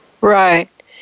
Right